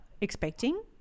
expecting